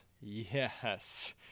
yes